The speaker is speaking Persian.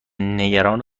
نگران